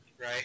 right